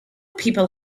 people